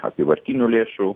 apyvartinių lėšų